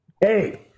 Hey